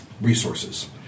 resources